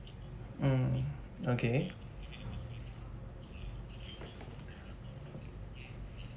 mm okay